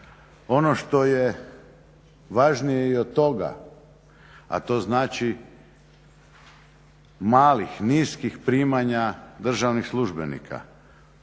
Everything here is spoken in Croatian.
Ono što je važnije i od toga, a to znači malih, niskih primanja državnih službenika